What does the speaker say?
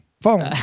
Phone